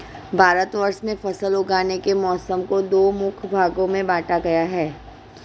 भारतवर्ष में फसल उगाने के मौसम को दो मुख्य भागों में बांटा गया है